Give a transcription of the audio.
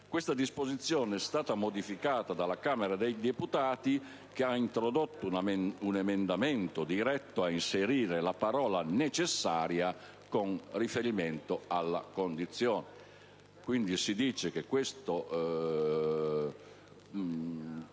Questa disposizione è stata modificata dalla Camera dei deputati, che ha introdotto un emendamento diretto ad inserire la parola «necessaria» con riferimento alla condizione.